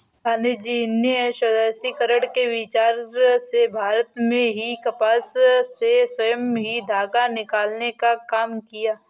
गाँधीजी ने स्वदेशीकरण के विचार से भारत में ही कपास से स्वयं ही धागा निकालने का काम किया